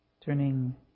turning